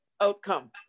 outcome